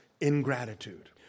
ingratitude